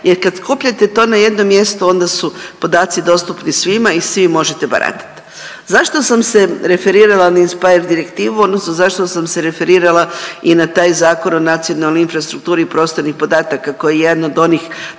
jer kad skupljate to na jedno mjesto onda su podaci dostupni svima i svi možete baratati. Zašto sam se referirala na INSPIRE direktivu odnosno zašto sam se referirala i na taj Zakon o nacionalnoj infrastrukturi prostornih podataka koji je jedan od onih,